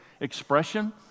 expression